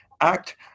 Act